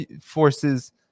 forces